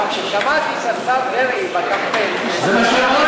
אבל כששמעתי את השר דרעי בקמפיין, זה מה שאמרתי.